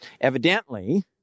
Evidently